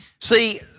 See